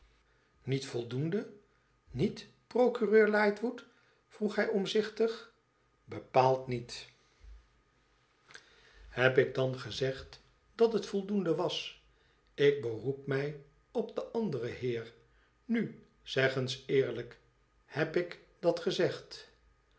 niet voldoende niet procuretu lightwood vroeg hij omzichtig bepaald niet heb ik dan gezegd dat het voldoende was ik beroep mij op den anderen heer nu zeg eens eerlijk heb ik dat gezegd